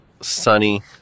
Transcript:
sunny